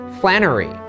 Flannery